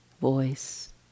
voice